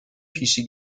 پیشی